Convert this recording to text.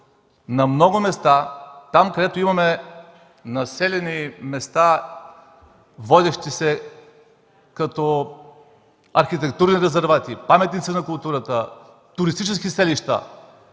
на много места – имаме населени места, водещи се като архитектурни резервати, паметници на културата, туристически селища,